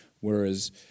whereas